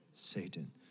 Satan